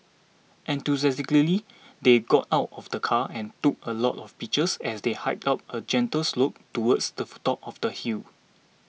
enthusiastically they got out of the car and took a lot of pictures as they hiked up a gentle slope towards the for top of the hill